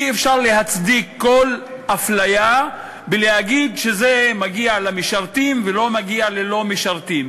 אי-אפשר להצדיק כל אפליה ולהגיד שזה מגיע למשרתים ולא מגיע ללא-משרתים.